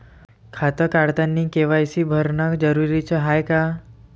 खातं काढतानी के.वाय.सी भरनं जरुरीच हाय का?